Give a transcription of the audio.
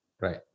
right